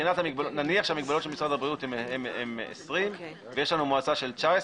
נניח שהמגבלות של משרד הבריאות הן 20 ויש לנו מועצה של 19,